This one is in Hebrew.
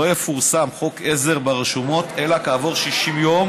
לא יפורסם חוק עזר ברשומות אלא כעבור 60 ימים